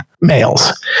males